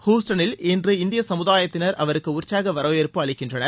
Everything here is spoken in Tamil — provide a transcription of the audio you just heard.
ஹூஸ்டனில் இன்று இந்திய சமூகத்தினா் அவருக்கு உற்சாக வரவேற்பு அளிக்கின்றனர்